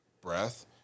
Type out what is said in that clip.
breath